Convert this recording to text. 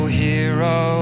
hero